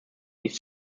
each